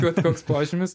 bet koks požymis